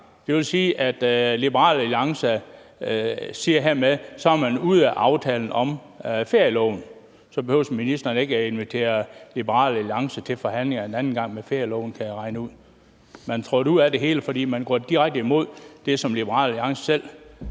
Det vil sige, at Liberal Alliance hermed siger, at man er ude af aftalen om ferieloven. Så behøver ministeren ikke at invitere Liberal Alliance til forhandlinger om ferieloven en anden gang, kan jeg regne ud. Man er trådt ud af det hele, for man går direkte imod det, som Liberal Alliance selv